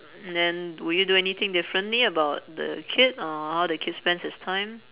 and then will you do anything differently about the kid or how the kid spends his time